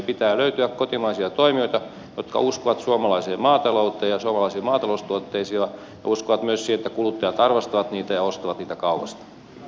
pitää löytyä kotimaisia toimijoita jotka uskovat suomalaiseen maatalouteen ja suomalaisiin maataloustuotteisiin ja uskovat myös siihen että kuluttajat arvostavat niitä ja ostavat niitä kaupasta